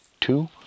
two